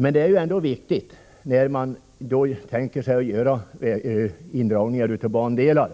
Men det är viktigt när man tänker sig att göra indragningar av bandelar